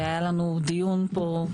והיה לנו דיון פה,